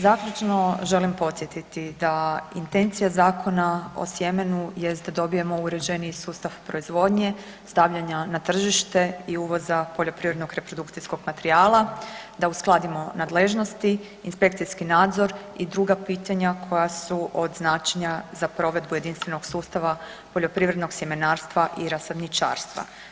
Zaključno želim podsjetiti da intencija zakona o sjemenu jest da dobijemo uređeniji sustav proizvodnje, stavljanja na tržište i uvoza poljoprivrednog reprodukcijskog materijala, da uskladimo nadležnosti, inspekcijski nadzor i druga pitanja koja su od značaja za provedbu jedinstvenog sustava poljoprivrednog sjemenarstva i rasadničarstva.